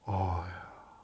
!wah! ya